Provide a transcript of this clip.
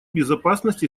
безопасность